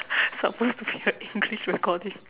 supposed to be a English recording